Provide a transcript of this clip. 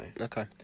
Okay